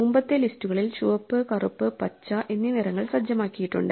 മുമ്പത്തെ ലിസ്റ്റുകളിൽ ചുവപ്പ് കറുപ്പ് പച്ച എന്നീ നിറങ്ങൾ സജ്ജമാക്കിയിട്ടുണ്ട്